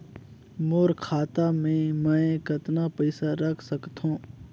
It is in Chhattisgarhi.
मोर खाता मे मै कतना पइसा रख सख्तो?